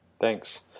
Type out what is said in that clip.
Thanks